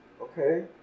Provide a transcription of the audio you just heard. Okay